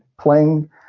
playing